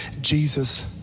Jesus